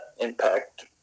impact